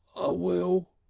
will,